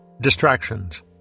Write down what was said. Distractions